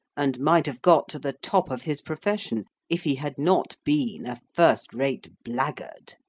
and might have got to the top of his profession, if he had not been a first-rate blackguard.